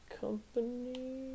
company